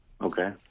Okay